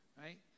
right